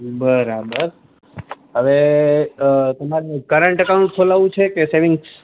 બરાબર હવે તમારે કરંટ અકાઉન્ટ ખોલાવવું છે કે સેવિંગ્સ